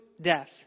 death